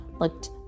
looked